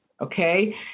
Okay